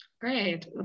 Great